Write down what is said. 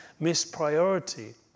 mispriority